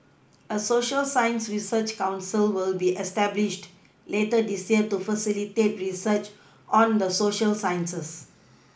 a Social science research council will be established later this year to facilitate research on the Social sciences